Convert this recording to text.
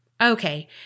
okay